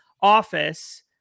office